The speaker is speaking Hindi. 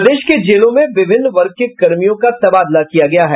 प्रदेश के जेलों में विभिन्न वर्ग के कर्मियों का तबादला किया गया है